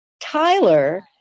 Tyler